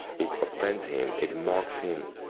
it offends him, it mocks him,